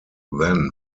then